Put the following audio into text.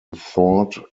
thought